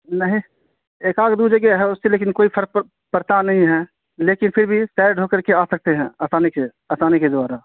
نہیں ایک آدھ دو جگہ ہے اس سے لیکن کوئی فرق پڑتا نہیں ہے لیکن پھر بھی سائڈ ہو کر کے آ سکتے ہیں آسانی سے آسانی کے دوارا